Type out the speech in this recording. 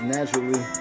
Naturally